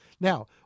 Now